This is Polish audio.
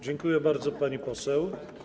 Dziękuję bardzo, pani poseł.